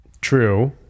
True